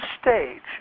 stage